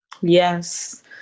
yes